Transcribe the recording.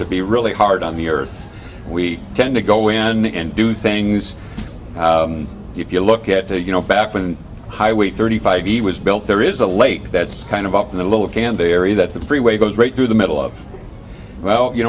to be really hard on the earth we tend to go in and do things if you look at the you know back when highway thirty five it was built there is a lake that's kind of up in the low it can be area that the freeway goes right through the middle of well you